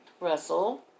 Russell